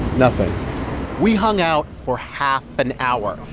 nothing we hung out for half an hour,